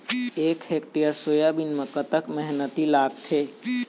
एक hectare soybean म कतक मेहनती लागथे?